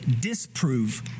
disprove